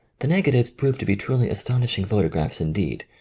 the negatives proved to be truly astonish ing photographs indeed,